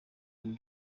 bintu